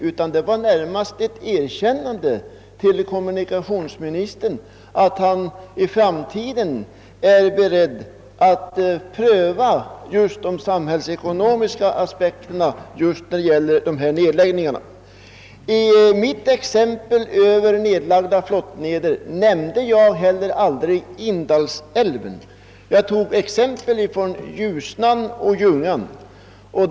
Jag ville närmast ge ett erkännande åt kommunikationsministern för att han i framtiden är beredd att pröva just de samhällsekonomiska aspekterna när det gäller dessa nedläggningar. I mitt exempel på nedlagda flottleder nämnde jag aldrig Indalsälven, utan tog i stället mina exempel från Ljusnan och Ljungan.